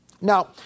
Now